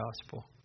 gospel